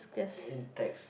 in in text